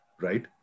right